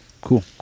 cool